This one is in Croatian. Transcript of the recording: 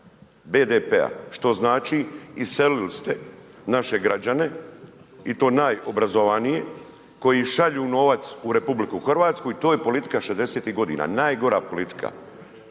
BDP-a, što znači iselili ste naše građane i to najobrazovanije koji šalju novac u RH i to je politika '60.-tih godina, najgora politika,